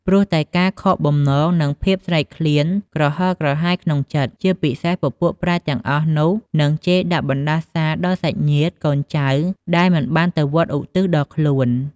ព្រោះតែការខកបំណង និងភាពស្រែកឃ្លាន ក្រហល់ក្រហាយក្នុងចិត្ត។ ជាពិសេសពពួកប្រេតទាំងអស់នោះ នឹងជេរដាក់បណ្ដាសាដល់សាច់ញាតិ កូនចៅដែលមិនបានទៅវត្តឧទ្ទិសដល់ខ្លួន។